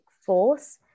force